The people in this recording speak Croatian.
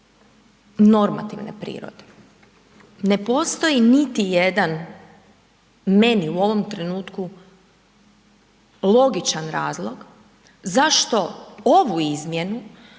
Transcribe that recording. normativne prirode. Ne postoji niti jedan meni u ovom trenutku logičan razlog zašto ovu izmjenu